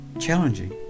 Challenging